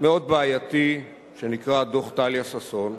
מאוד בעייתי, שנקרא "דוח טליה ששון",